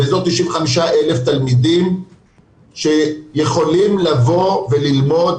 באזור 95,000 תלמידים שיכולם לבוא וללמוד